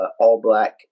all-black